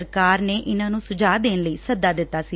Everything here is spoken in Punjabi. ਸਰਕਾਰ ਨੇ ਇਨ੍ਹਾਂ ਨੂੰ ਸੁਝਾਅ ਦੇਣ ਲਈ ਸੱਦਾ ਦਿੱਤਾ ਸੀ